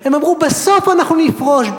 הם אמרו: בסוף אנחנו נפרוש,